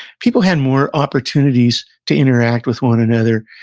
people had more opportunities to interact with one another.